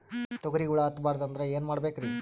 ತೊಗರಿಗ ಹುಳ ಹತ್ತಬಾರದು ಅಂದ್ರ ಏನ್ ಮಾಡಬೇಕ್ರಿ?